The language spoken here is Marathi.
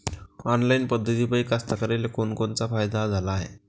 ऑनलाईन पद्धतीपायी कास्तकाराइले कोनकोनचा फायदा झाला हाये?